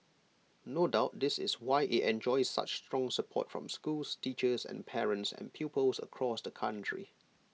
no doubt this is why IT enjoys such strong support from schools teachers and parents and pupils across the country